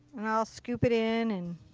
and i'll scoop it in. and